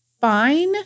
fine